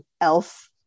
else